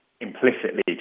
implicitly